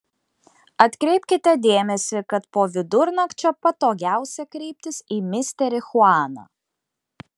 atkreipkite dėmesį kad po vidurnakčio patogiausia kreiptis į misterį chuaną